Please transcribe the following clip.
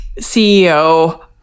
CEO